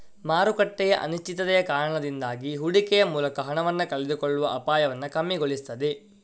ಮಾರುಕಟ್ಟೆಯ ಅನಿಶ್ಚಿತತೆಯ ಕಾರಣದಿಂದಾಗಿ ಹೂಡಿಕೆಯ ಮೂಲಕ ಹಣವನ್ನ ಕಳೆದುಕೊಳ್ಳುವ ಅಪಾಯವನ್ನ ಕಮ್ಮಿಗೊಳಿಸ್ತದೆ